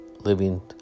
Living